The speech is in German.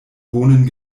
wohnen